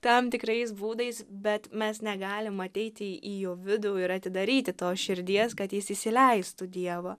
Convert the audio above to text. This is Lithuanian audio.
tam tikrais būdais bet mes negalim ateiti į jo vidų ir atidaryti to širdies kad jis įsileistų dievą